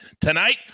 Tonight